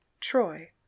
Troy